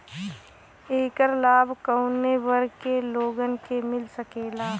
ऐकर लाभ काउने वर्ग के लोगन के मिल सकेला?